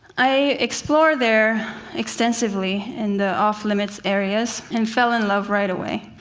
i explored there extensively in the off-limits areas and fell in love right away.